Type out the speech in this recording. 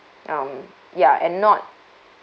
um ya and not